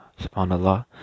subhanAllah